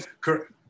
Correct